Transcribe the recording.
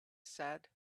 said